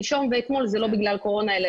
שלשום ואתמול זה לא בגלל הקורונה אלא